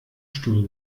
stuhl